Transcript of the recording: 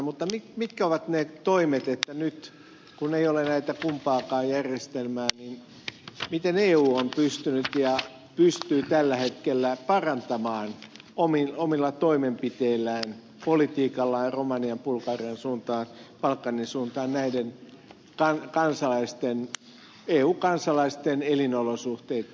mutta mitkä ovat ne toimet nyt kun ei ole näitä kumpaakaan järjestelmää miten eu on pystynyt ja pystyy tällä hetkellä parantamaan omilla toimenpiteillään politiikallaan romanian ja bulgarian suuntaan balkanin suuntaan näiden kansalaisten eu kansalaisten elinolosuhteita